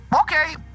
okay